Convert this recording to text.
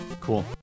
Cool